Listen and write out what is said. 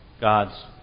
God's